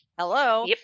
hello